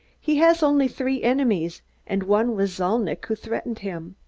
he had only three enemies and one was zalnitch, who threatened him.